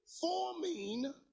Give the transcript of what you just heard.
forming